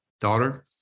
daughter